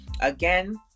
Again